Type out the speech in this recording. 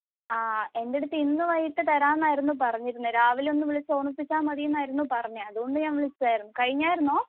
ആ എൻ്റെ അടുത്ത് ഇന്ന് വൈകിട്ട് തരാമെന്നായിരുന്നു പറഞ്ഞിരുന്നത് രാവിലെ ഒന്ന് വിളിച്ച് ഓർമ്മിപ്പിച്ചാൽ മതി എന്നായിരുന്നു പറഞ്ഞത് അതുകൊണ്ട് ഞാൻ വിളിച്ചതായിരുന്നു കഴിഞ്ഞായിരുന്നോ